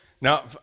Now